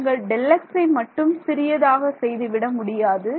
நீங்கள் Δx மட்டும் சிறியதாக செய்துவிடமுடியாது